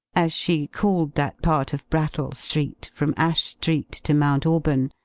as she called that part of brattle street from ash street to mount auburn,